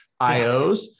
IOs